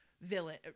villain